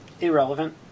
irrelevant